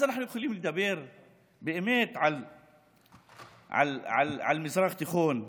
רק אז נוכל לדבר באמת על מזרח תיכון חדש.